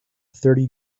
thirty